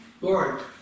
Lord